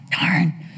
darn